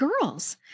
girls